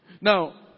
Now